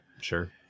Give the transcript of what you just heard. Sure